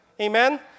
Amen